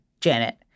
Janet